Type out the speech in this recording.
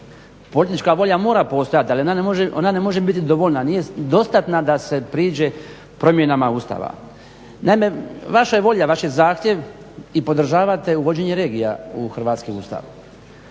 Pojedinačna volja mora postojati ali ona ne može biti dovoljna, nije dostatna da se priđe promjenama Ustava. Naime vaša je volja, vaš je zahtjev i podržavate uvođenje regija u Hrvatski Ustav